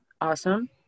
Awesome